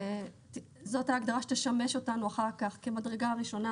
זאת ההגדרה שתשמש אותנו אחר כך כמדרגה ראשונה